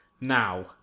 Now